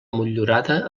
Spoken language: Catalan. motllurada